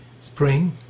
Spring